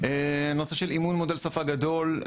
הנושא של אימון מודל שפה גדול,